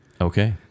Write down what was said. okay